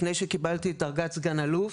לפני שקיבלתי את דרגת סגן אלוף